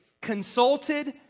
consulted